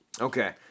Okay